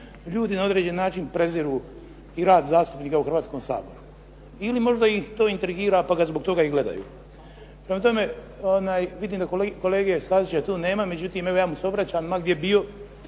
ljudi na određeni način preziru i rad zastupnika u Hrvatskom saboru. Ili možda ih to intrigira pa ga zbog toga i gledaju. Prema tome, vidim da kolege Stazića tu nema, međutim evo ja mu se obraćam ma gdje bio